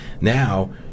now